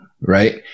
Right